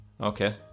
Okay